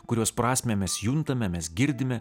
kurios prasmę mes juntame mes girdime